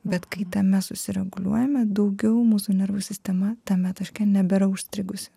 bet kai tame susireguliuojame daugiau mūsų nervų sistema tame taške nebėra užstrigusi